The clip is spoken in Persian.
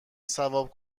ثواب